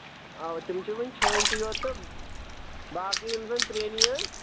اَوا تِم چھِ وٕنہِ چھٲنۍتھٕے یوت تہٕ باقٕے یِم زَن پرٲنی ٲسۍ